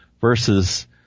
versus